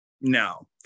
no